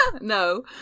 No